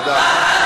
תודה.